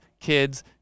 kids